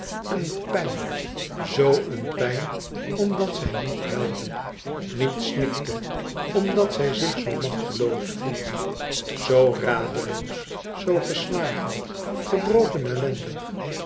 een pijn zoo een pijn omdat zij niet huilde niet snikte omdat zij zich zoo machteloos voelde zoo radeloos zoo geslagen gebroken ellendig